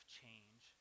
change